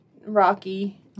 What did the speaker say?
rocky